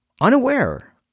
Unaware